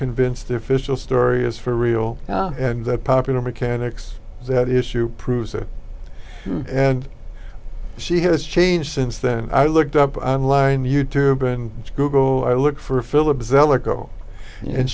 convinced the official story is for real and that popular mechanics that issue proves it and she has changed since then i looked up online you tube and google i look for